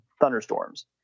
thunderstorms